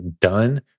done